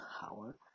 power